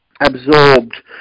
absorbed